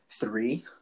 three